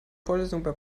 vorlesungen